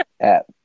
app